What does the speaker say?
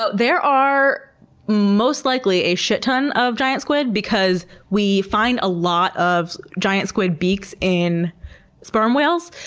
but there are most likely a shit ton of giant squid, because we find a lot of giant squid beaks in sperm whales.